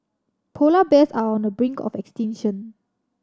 polar bears are on the brink of extinction